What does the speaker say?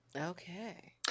okay